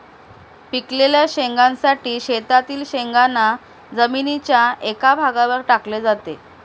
पिकलेल्या शेंगांसाठी शेतातील शेंगांना जमिनीच्या एका भागावर टाकले जाते